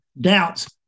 doubts